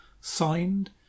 signed